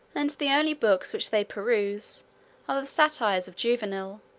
and the only books which they peruse are the satires of juvenal,